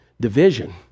division